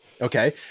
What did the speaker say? Okay